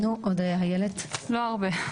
לא הרבה.